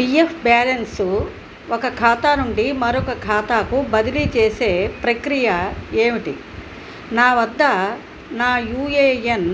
P F balance ఒక ఖాతా నుండి మరొక ఖాతాకు బదిలీ చేసే ప్రక్రియ ఏమిటి నా వద్ద నా యూ ఏ ఎన్